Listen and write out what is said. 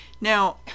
Now